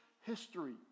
history